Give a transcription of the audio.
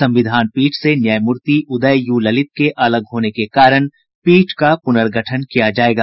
संविधान पीठ से न्यायमूर्ति उदय यू ललित के अलग होने के कारण पीठ का पुनगर्ठन किया जायेगा